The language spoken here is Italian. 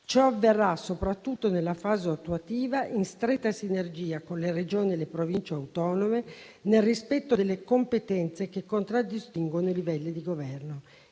Ciò avverrà soprattutto nella fase attuativa, in stretta sinergia con le Regioni e le Province autonome, nel rispetto delle competenze che contraddistinguono i livelli di governo.